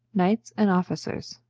knights, and officers.